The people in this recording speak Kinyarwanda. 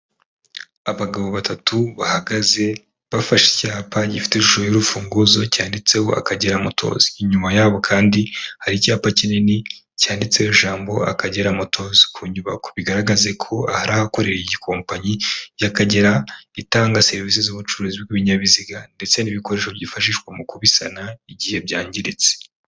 Abagabo batatu bahagaze bafashe icyapa gifite ishusho y'urufunguzo cyanditseho Akagira Motozi. Inyuma yabo kandi hari icyapa kinini cyanditseho ijambo Akagera Motozi ku nyubako. Bigaragaza ko aha ari ahakorera iyi kompanyi y'Akagera, itanga serivisi z'ubucuruzi bw'ibinyabiziga, ndetse n'ibikoresho byifashishwa mu kubisana, igihe byangiritse.